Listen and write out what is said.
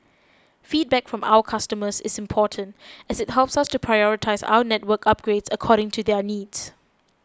feedback from our customers is important as it helps us to prioritise our network upgrades according to their needs